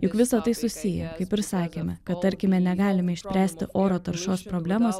juk visa tai susiję kaip ir sakėme kad tarkime negalime išspręsti oro taršos problemos